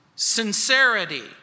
Sincerity